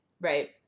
Right